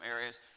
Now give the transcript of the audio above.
areas